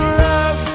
love